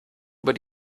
über